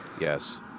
Yes